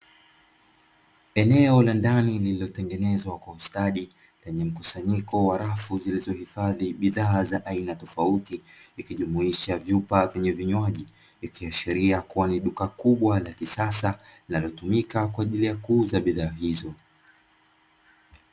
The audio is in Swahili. Eneo la ndani lililotengenezwa kwa ustadi, lenye mkusanyiko wa rafu zilizohifadhi bidhaa za aina tofauti, ikijumuisha vyupa vyenye vinywaji ikiashiria kuwa ni duka kubwa la kisasa, linalotumika kwa ajili ya kuuza bidhaa hizo.